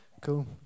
cool